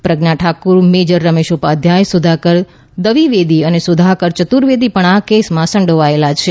પ્રજ્ઞા Thakur major Ramesh Upadhyay Sudhakar Dwivedi અને સુધાકર યતુર્વેદી પણ આ કેસમાં સંડોવાયેલા છે